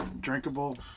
Drinkable